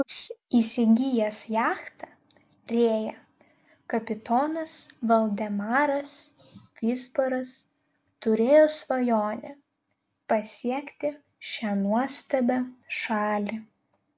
vos įsigijęs jachtą rėja kapitonas valdemaras vizbaras turėjo svajonę pasiekti šią nuostabią šalį